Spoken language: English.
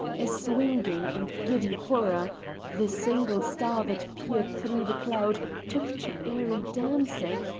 a swinging and giddy horror the single star that peered through the cloud took to airy dancing,